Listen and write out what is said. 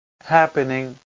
happening